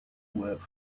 work